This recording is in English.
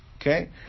Okay